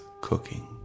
cooking